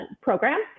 program